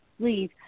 please